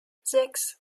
sechs